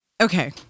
Okay